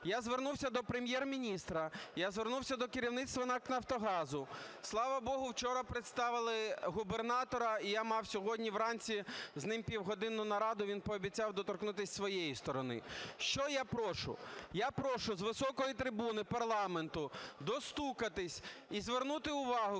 Я звернувся до Прем'єр-міністра, я звернувся до керівництва НАК "Нафтогазу". Слава Богу, вчора представили губернатора, і я мав сьогодні вранці з ним півгодинну нараду, він пообіцяв доторкнутись зі своєї сторони. Що я прошу? Я прошу з високої трибуни парламенту достукатись і звернути увагу